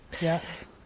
yes